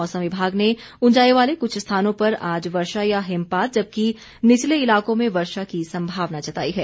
मौसम विभाग ने उंचाई वाले कुछ स्थानों पर आज वर्षा या हिमपात जबकि निचले इलाको में वर्षा की सम्भावना जताई है